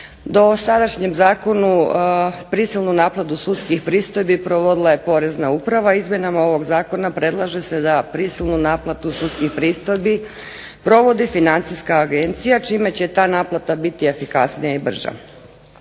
Dosadašnjem zakonu prisilnu naplatu sudskih pristojbi provodila je Porezna uprava. Izmjenama ovog zakona predlaže se da prisilnu naplatu sudskih pristojbi provodi Financijska agencija čime će ta naplata biti efikasnija i brža.